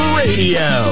radio